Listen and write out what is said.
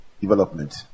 development